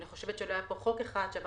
אני חושבת שלא היה פה חוק אחד שעבר